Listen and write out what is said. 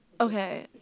Okay